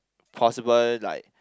possible like